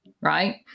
right